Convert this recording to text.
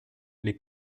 les